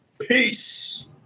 Peace